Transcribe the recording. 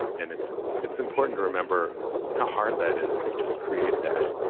and it's it's important to remember how hard that is to just create that.